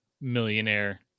millionaire